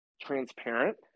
transparent